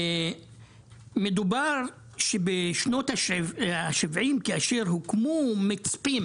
מדובר על כך שבשנות השבעים, כאשר הוקמו מצפים